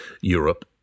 Europe